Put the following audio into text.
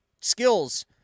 skills